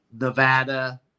Nevada